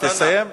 תסיים.